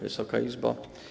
Wysoka Izbo!